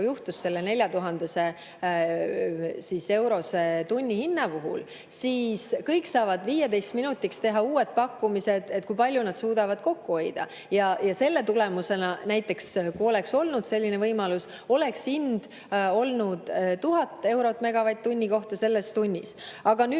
juhtus selle 4000-eurose tunnihinna puhul, siis kõik saavad 15 minutiks teha uued pakkumised, kui palju nad suudavad kokku hoida. Ja selle tulemusena, kui oleks olnud selline võimalus, oleks hind olnud 1000 eurot megavatt-tunni kohta selles tunnis. Ma ei